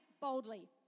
boldly